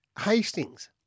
Hastings